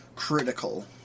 critical